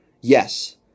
Yes